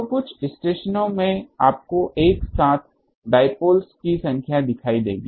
तो कुछ स्टेशनों में आपको एक साथ डाईपोल्स की संख्या दिखाई देगी